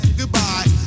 goodbye